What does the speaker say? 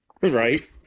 Right